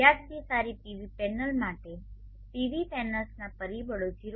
વ્યાજબી સારી PV panel માટે પીવી પેનલ્સના પરિબળો 0